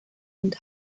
und